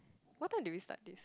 what time did we start this